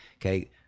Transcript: Okay